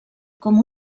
com